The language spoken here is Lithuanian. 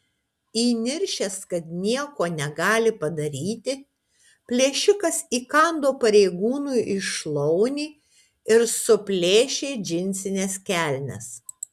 įniršęs kad nieko negali padaryti plėšikas įkando pareigūnui į šlaunį ir suplėšė džinsines kelnes